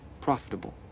Profitable